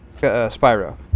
Spyro